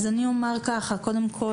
אז אני אומר ככה, קודם כל